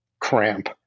cramp